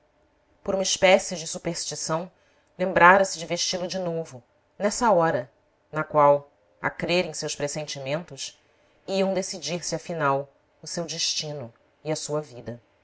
por uma espécie de superstição lembrara se de vesti lo de novo nessa hora na qual a crer em seus pressentimentos iam decidir-se afinal o seu destino e a sua vida